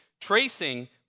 tracing